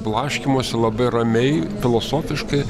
blaškymosi labai ramiai filosofiškai